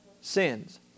Sins